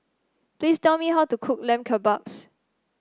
please tell me how to cook Lamb Kebabs